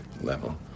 level